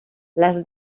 les